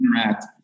interact